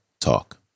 talk